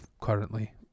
currently